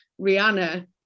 Rihanna